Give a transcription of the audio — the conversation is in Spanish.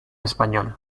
español